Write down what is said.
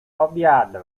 obiadu